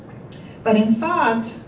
but, in fact,